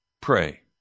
pray